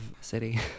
city